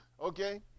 okay